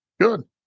Good